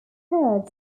was